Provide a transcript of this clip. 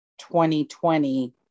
2020